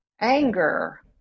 anger